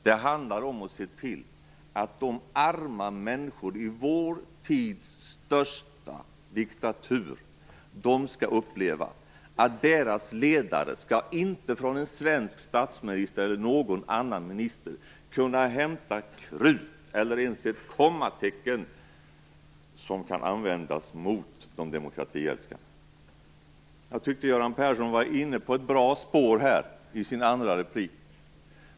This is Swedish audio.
Det handlar om de arma människorna i vår tids största diktatur. De skall uppleva att deras ledare inte kan hämta krut eller ens ett kommatecken som kan användas mot de demokratiälskande från en svensk statsminister eller någon annan minister. Jag tyckte att Göran Persson var inne på ett bra spår i sin andra replik.